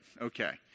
Okay